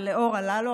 ולאורה לאלו,